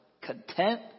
content